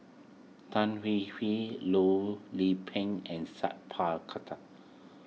Tan Hwee Hwee Loh Lik Peng and Sat Pal Khattar